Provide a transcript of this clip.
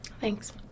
thanks